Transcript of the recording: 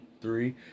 three